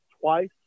twice